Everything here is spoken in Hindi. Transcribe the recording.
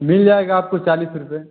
मिल जाएगा आपको चालीस रुपये